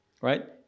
right